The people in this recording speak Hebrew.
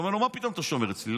אומר לו: מה פתאום אתה שומר אצלי?